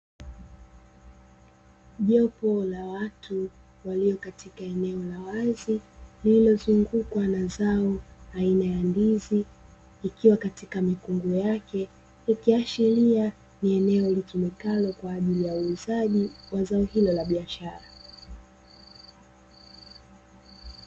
Jopo la watu walio katika eneo la wazi lililozungukwa na zao aina ya ndizi ikiwa katika mikungu yake, ikiashiria ni eneo litumikalo kwa ajili ya uuzaji wa zao hilo la biashara.